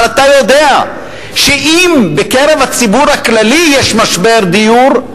אבל אתה יודע שאם בקרב הציבור הכללי יש משבר דיור,